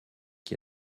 qui